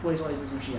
不会说一直出去 lah